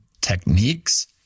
techniques